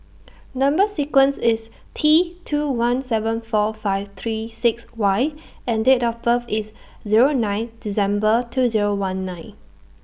Number sequence IS T two one seven four five three six Y and Date of birth IS Zero nine December two Zero one nine